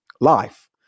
life